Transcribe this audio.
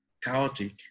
chaotic